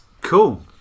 Cool